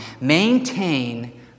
maintain